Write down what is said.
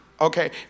okay